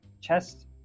chest